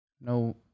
No